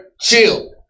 Chill